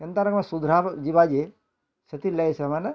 କେନ୍ତା କ'ଣ ସୁଧାର୍ବା ଯିବା ଯେ ସେଥିର୍ ଲାଗି ସେମାନେ